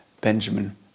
Benjamin